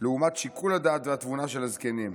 לעומת שיקול הדעת והתבונה של הזקנים.